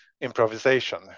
improvisation